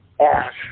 Ash